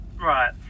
Right